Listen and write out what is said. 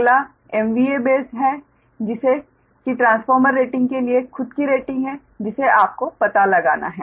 अगला MVA base है कि ट्रांसफॉर्म रेटिंग के लिए खुद की रेटिंग है जिसे आपको पता लगाना है